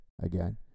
again